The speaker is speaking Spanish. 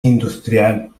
industrial